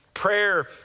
Prayer